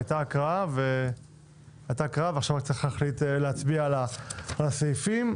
הייתה הקראה ועכשיו צריך להחליט להצביע על הסעיפים.